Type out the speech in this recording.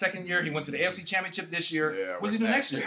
second year he went to the a f c championship this year was it actually